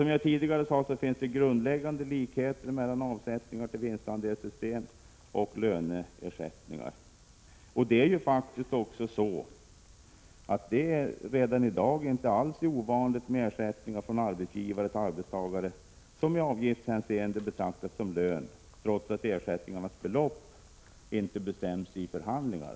Som jag tidigare sade finns det grundläggande likheter mellan avsättningar till vinstandelssystem och löneersättningar. Det är i dag inte alls ovanligt med ersättningar från arbetsgivare till arbetstagare som i avgiftshänseende betraktas som lön, trots att ersättningarnas belopp inte bestämts i löneförhandlingar.